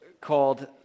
called